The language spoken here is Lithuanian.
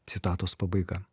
citatos pabaiga